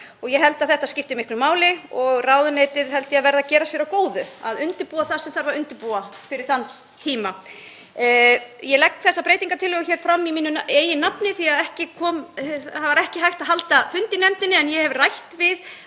ég held að þetta skipti miklu máli. Ég held að ráðuneytið verði að gera sér að góðu að undirbúa það sem þarf að undirbúa fyrir þann tíma. Ég legg þessa breytingartillögu fram í mínu eigin nafni því að ekki er hægt að halda fund í nefndinni. En ég hef rætt við